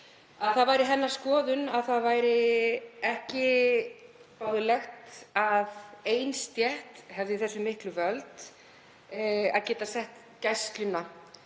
að það væri hennar skoðun að það væri ekki boðlegt að ein stétt hefði þau miklu völd að geta sett Gæsluna